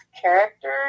character